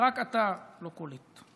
ורק אתה לא קולט.